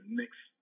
next